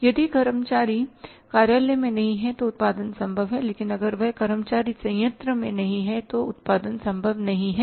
यदि कर्मचारी कार्यालय में नहीं है तो उत्पादन संभव है लेकिन अगर वह कर्मचारी संयंत्र में नहीं है तो उत्पादन संभव नहीं है